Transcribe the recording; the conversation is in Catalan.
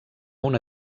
una